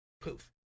Poof